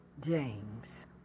James